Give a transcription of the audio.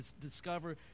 discover